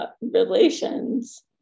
relations